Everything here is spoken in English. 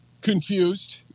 confused